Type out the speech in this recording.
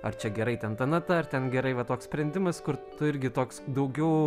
ar čia gerai ten ta nata ar ten gerai va toks sprendimas kur tu irgi toks daugiau